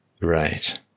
Right